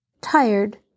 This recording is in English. Tired